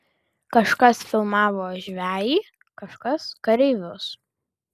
kažkas filmavo žvejį kažkas kareivius